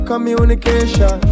communication